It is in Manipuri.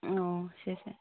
ꯑꯣ ꯁꯦ ꯁꯦ